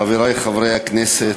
חברי חברי הכנסת,